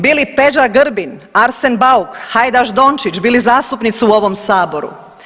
Bi li Peđa Grbin, Arsen Bauk, Hajdaš Dončić bili zastupnici u ovom saboru?